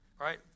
right